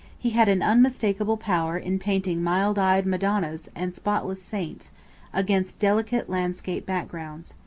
he had an unmistakable power in painting mild-eyed madonnas and spotless saints against delicate landscape back-grounds.